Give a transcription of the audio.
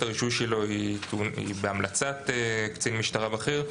הרישוי שלו היא בהמלצת קצין משטרה בכיר,